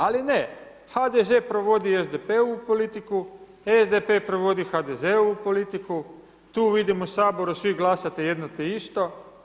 Ali ne, HDZ provodi SDP-ovu politiku, SDP provodi HDZ-ovu politiku, tu vidimo u Saboru svi glasate jedno te isto.